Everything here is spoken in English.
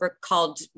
called